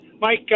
Mike